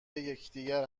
یکدیگر